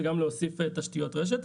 זה גם להוסיף תשתיות רשת.